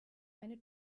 eine